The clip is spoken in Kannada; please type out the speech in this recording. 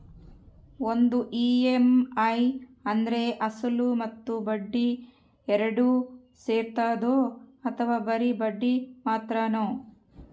ಒಂದು ಇ.ಎಮ್.ಐ ಅಂದ್ರೆ ಅಸಲು ಮತ್ತೆ ಬಡ್ಡಿ ಎರಡು ಸೇರಿರ್ತದೋ ಅಥವಾ ಬರಿ ಬಡ್ಡಿ ಮಾತ್ರನೋ?